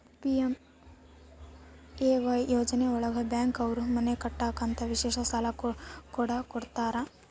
PMAY ಯೋಜನೆ ಒಳಗ bank ಅವ್ರು ಮನೆ ಕಟ್ಟಕ್ ಅಂತ ವಿಶೇಷ ಸಾಲ ಕೂಡ ಕೊಡ್ತಾರ